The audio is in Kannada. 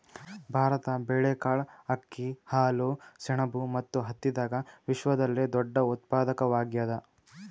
ಭಾರತ ಬೇಳೆಕಾಳ್, ಅಕ್ಕಿ, ಹಾಲು, ಸೆಣಬು ಮತ್ತು ಹತ್ತಿದಾಗ ವಿಶ್ವದಲ್ಲೆ ದೊಡ್ಡ ಉತ್ಪಾದಕವಾಗ್ಯಾದ